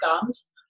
gums